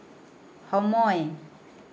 সময়